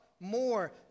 more